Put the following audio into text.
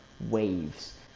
Waves